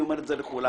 אני אומר זאת לכולם.